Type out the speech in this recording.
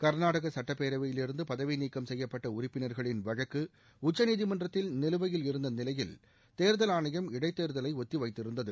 கர்நாடக சுட்டப்பேரவையிலிருந்து பதவிநீக்கம் செய்யப்பட்ட உறுப்பினர்களின் வழக்கு உச்சநீதிமன்றத்தில் நிலுவையில் இருந்த நிலையில் தேர்தல் ஆணையம் இடைத்தேர்தலை ஒத்தி வைத்திருந்தது